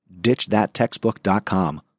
ditchthattextbook.com